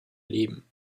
leben